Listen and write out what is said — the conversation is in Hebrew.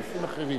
בנושאים אחרים.